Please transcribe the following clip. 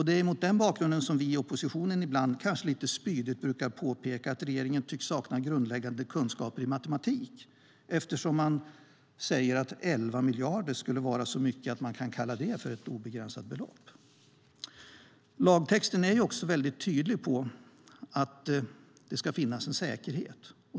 Det är mot den bakgrunden som vi i oppositionen ibland, kanske lite spydigt, brukar påpeka att regeringen tycks sakna grundläggande kunskaper i matematik, eftersom man säger att 11 miljarder skulle vara så mycket att man kan kalla det för ett obegränsat belopp. Lagtexten är också mycket tydlig med att det ska finnas en säkerhet.